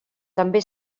també